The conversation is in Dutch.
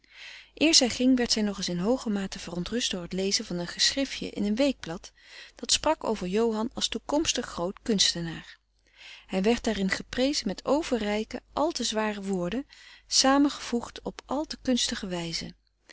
eer zij ging werd zij nog eens in hooge mate verontrust door het lezen van een geschriftje in een weekblad dat sprak over johan als toekomstig groot kunstenaar hij werd daarin geprezen met overrijke àl te zware woorden saamgevoegd op al te kunstige wijze